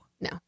No